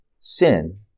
sin